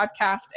podcast